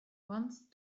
once